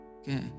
Okay